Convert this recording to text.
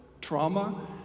trauma